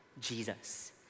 Jesus